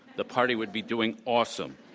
the party would be doing awesome.